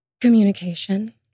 Communication